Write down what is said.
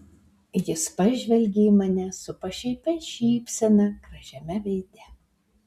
jis pažvelgė į mane su pašaipia šypsena gražiame veide